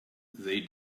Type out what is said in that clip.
they